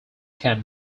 can